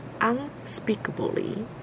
unspeakably